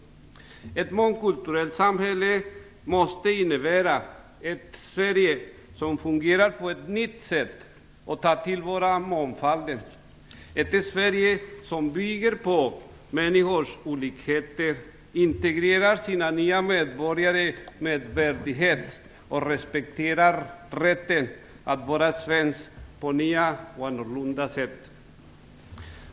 Ett mångkulturellt samhälle måste innebära ett Sverige som fungerar på ett nytt sätt och tar till vara mångfalden - ett Sverige som bygger på människors olikheter, integrerar sina nya medborgare med värdighet och respekterar rätten att vara svensk på nya och annorlunda sätt.